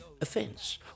offence